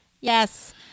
Yes